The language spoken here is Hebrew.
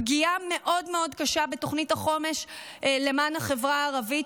פגיעה מאוד מאוד קשה בתוכנית החומש למען החברה הערבית,